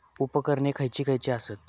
उपकरणे खैयची खैयची आसत?